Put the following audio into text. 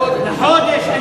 לחודש.